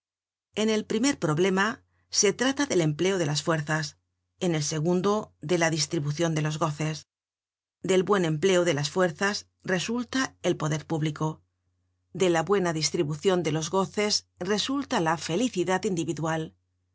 en el primer problema se trata del empleo de las fuerzas en el segundo de la distribucion de los goces del buen empleo de las fuerzas resulta el poder público de la buena distribucion de los goces resulta la felicidad individual